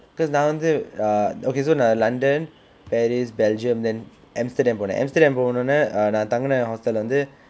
cause நான் வந்து:naan vanthu ah okay so நான்:naan london paris belgium then amsterdam போனேன்:ponen amsterdam போனவுடன் நான் தங்குன:ponavudan naan thanguna hostel வந்து:vanthu